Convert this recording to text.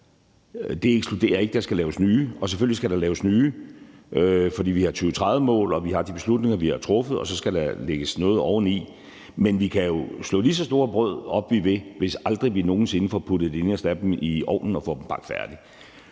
Det ekskluderer ikke, at der skal laves nye planer, og selvfølgelig skal der det, for ud over 2030-mål og de beslutninger, vi har truffet, skal der lægges noget oveni. Men vi kan jo slå lige så store brød op, vi vil, hvis vi aldrig nogen sinde får puttet et eneste af dem i ovnen og får dem bagt færdig.